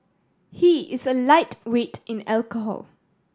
he is a lightweight in alcohol